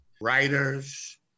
Writers